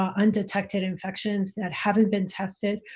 um undetected infections that haven't been tested.